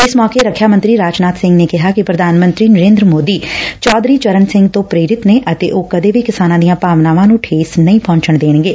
ਇਸ ਮੌਕੇ ਰੱਖਿਆ ਮੰਤਰੀ ਰਾਜਨਾਥ ਸਿੰਘ ਨੇ ਕਿਹਾ ਕਿ ਪ੍ਰਧਾਨ ਮੰਤਰੀ ਨਰੇਂਦਰ ਮੋਦੀ ਚੌਧਰੀ ਚਰਨ ਸਿੰਘ ਤੋਂ ਪ੍ਰੇਰਿਤ ਨੇ ਅਤੇ ਉਹ ਕਦੇ ਵੀ ਕਿਸਾਨਾਂ ਦੀਆਂ ਭਾਵਨਾਵਾਂ ਨੂੰ ਠੇਸ ਨਹੀਂ ਪਹੁੰਚਣ ਦੇਣਗੇ